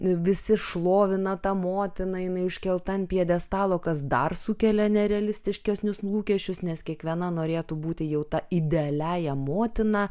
visi šlovina tą motiną jinai užkelta ant pjedestalo kas dar sukelia nerealistiškesnius lūkesčius nes kiekviena norėtų būti jau ta idealiąja motina